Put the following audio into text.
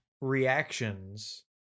...reactions